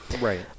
Right